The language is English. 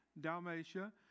Dalmatia